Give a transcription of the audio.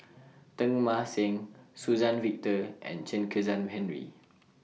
Teng Mah Seng Suzann Victor and Chen Kezhan Henri